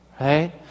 Right